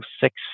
six